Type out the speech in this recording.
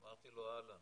אמרתי לו 'אהלן'.